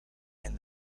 and